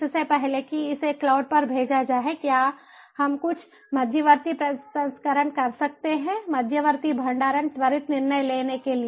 इससे पहले कि इसे क्लाउड पर भेजा जाए क्या हम कुछ मध्यवर्ती प्रसंस्करण कर सकते हैं मध्यवर्ती भंडारण त्वरित निर्णय लेने के लिए